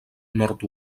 nord